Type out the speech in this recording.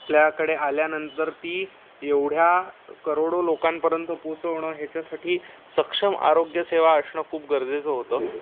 आपल्याकडे आल्यानंतर ती एवढ्या करोडो लोकांपर्यंत पोचवणं ह्याच्यासाठी सक्षम आरोग्यसेवा असणं खूप गरजेचं होतं